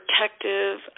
protective